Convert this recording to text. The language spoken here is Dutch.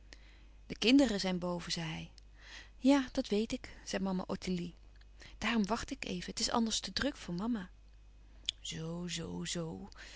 de kinderen zijn boven zei hij ja dat weet ik zei mama ottilie daarom wacht ik even het is anders te druk voor mama zoo zoo zoo